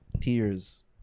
Tears